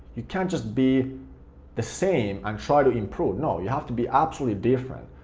you can't just be the same and try to improve. no, you have to be absolutely different.